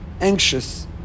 anxious